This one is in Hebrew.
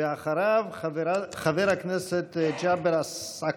ואחריה, חבר הכנסת ג'אבר עסאקלה.